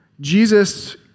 Jesus